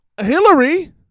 Hillary